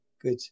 good